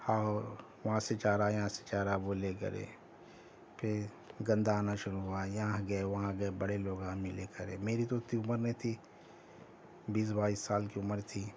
ہاو وہاں سے چار آئے یہاں سے چار آ بولے کرے پھر گندا آنا شروع ہوا یہاں گئے وہاں گئے بڑے لوگ آ ملے کرے میری تو اتی عمر نہیں تھی بیس بائیس سال کی عمر تھی